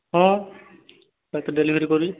ହଁ ତ ଡେଲିଭରି କଲି